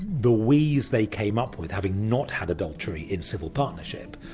the wheeze they came up with, having not had adultery in civil partnerships,